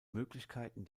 möglichkeiten